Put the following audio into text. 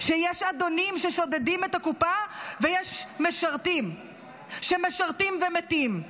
שיש אדונים ששודדים את הקופה ויש משרתים שמשרתים ומתים?